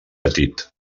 petit